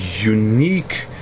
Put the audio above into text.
unique